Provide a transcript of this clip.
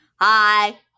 Hi